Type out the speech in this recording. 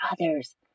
others